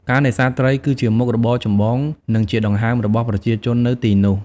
ការនេសាទត្រីគឺជាមុខរបរចម្បង និងជាដង្ហើមរបស់ប្រជាជននៅទីនោះ។